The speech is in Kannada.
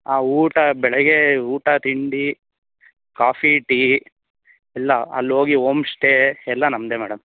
ಊಟ ಬೆಳಗ್ಗೆ ಊಟ ತಿಂಡಿ ಕಾಫಿ ಟೀ ಎಲ್ಲ ಅಲ್ಲಿ ಹೋಗಿ ಓಮ್ಸ್ಟೇ ಎಲ್ಲ ನಮ್ಮದೆ ಮೇಡಮ್